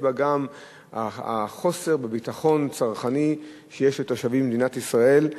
יש בה גם עניין החוסר בביטחון צרכני שיש לתושבים במדינת ישראל,